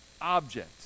object